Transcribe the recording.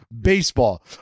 baseball